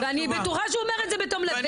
אני מתחייב -- ואני בטוחה שהוא אומר את זה בתום לב,